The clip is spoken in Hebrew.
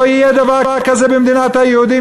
לא יהיה דבר כזה במדינת היהודים,